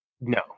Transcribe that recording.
No